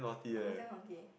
I was damn haughty